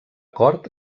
cort